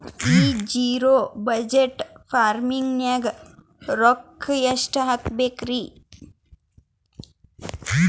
ಈ zero budget farming ನಾಗ್ ರೊಕ್ಕ ಎಷ್ಟು ಹಾಕಬೇಕರಿ?